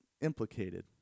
implicated